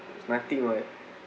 it's nothing [what]